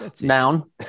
Noun